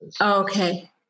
Okay